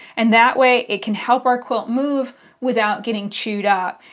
and that way it can help our quilt move without getting chewed up.